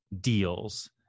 deals